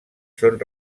són